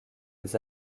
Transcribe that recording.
des